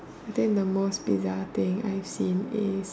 then the most thing I see is